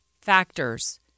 factors